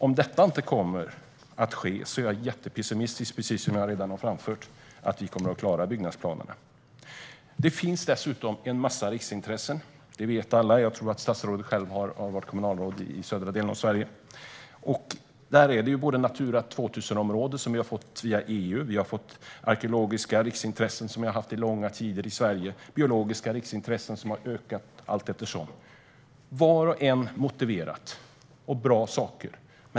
Om detta inte sker är jag, precis som jag redan har framfört, jättepessimistisk till möjligheten att klara byggnadsplanerna. Det finns dessutom en massa riksintressen. Det vet alla, och jag tror att statsrådet har varit kommunalråd i södra delen av Sverige. Där har vi både Natura 2000-områden, som vi har fått via EU, och arkeologiska riksintressen sedan långa tider. Det finns biologiska riksintressen, vilka har ökat allt eftersom. Vart och ett är motiverat, och det är bra saker.